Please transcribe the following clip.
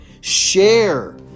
share